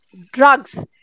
drugs